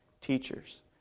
teachers